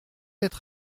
être